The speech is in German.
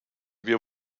wir